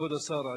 כבוד השר,